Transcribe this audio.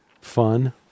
Fun